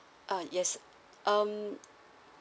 ah yes um